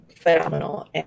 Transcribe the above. phenomenal